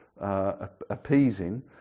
Appeasing